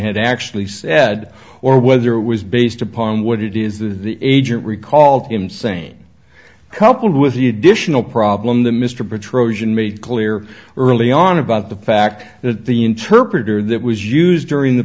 had actually said or whether it was based upon what it is that the agent recalled him same coupled with the additional problem the mr patro zhen made clear early on about the fact that the interpreter that was used during the